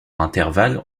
intervalles